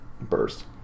burst